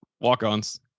walk-ons